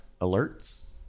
alerts